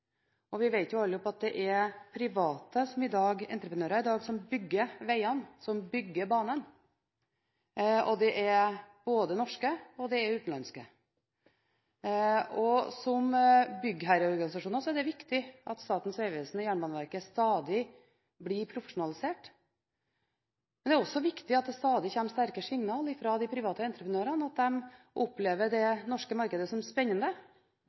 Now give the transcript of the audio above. alle sammen at det i dag er private entreprenører som bygger vegene, som bygger banene, og det er både norske og utenlandske. Som byggherreorganisasjoner er det viktig at Statens vegvesen og Jernbaneverket stadig blir profesjonalisert. Men det er også viktig at det stadig kommer sterkere signaler fra de private entreprenørene om at de opplever det norske markedet som spennende,